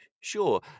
Sure